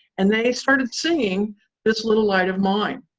and they started seeing this little light of mine.